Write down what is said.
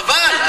חבל.